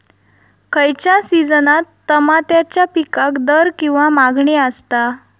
खयच्या सिजनात तमात्याच्या पीकाक दर किंवा मागणी आसता?